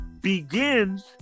begins